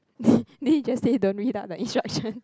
did it just say don't read out the instruction